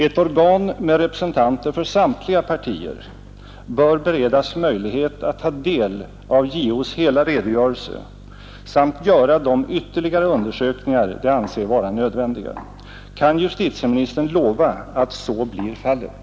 Ett organ med representanter för samtliga partier bör beredas möjlighet att ta del av JO:s hela redogörelse samt göra de ytterligare undersökningar man anser vara nödvändiga. Kan 17 justitieministern lova att så blir fallet?